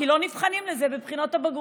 כי לא נבחנים לזה בבחינות הבגרות.